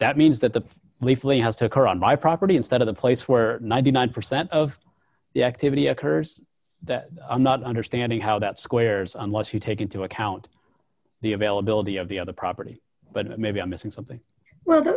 that means that the leaflet has to occur on my property instead of the place where ninety nine percent of the activity occurs that i'm not understanding how that squares unless you take into account the availability of the other property but maybe i'm missing something well